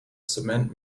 cement